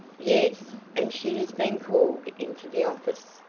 yes, and she has been called into the office!